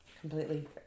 Completely